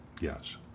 Yes